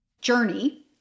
journey